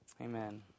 Amen